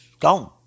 gone